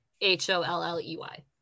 H-O-L-L-E-Y